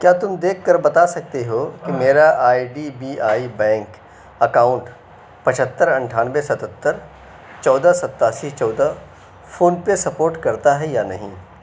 کیا تم دیکھ کر بتا سکتے ہو کہ میرا I D B I bank account پچھتر اٹھانوے ستتر چودہ ستاسی چودہ فون پے سپورٹ کرتا ہے یا نہیں